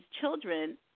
children